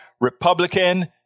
Republican